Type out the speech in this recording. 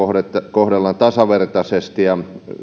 kohdellaan tasavertaisesti ja